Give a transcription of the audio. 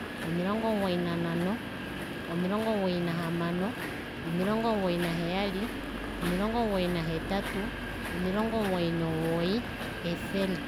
Omilongo omugoyi nanhano omilongo omugoyi nahamano omilongo omugoyi naheyali omilongo omugoyi nahetatu omilongo omugoyi nomugoyi efele